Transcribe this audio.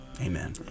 Amen